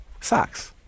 Socks